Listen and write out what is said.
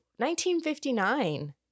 1959